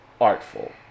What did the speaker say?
artful